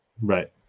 Right